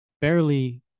Barely